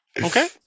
Okay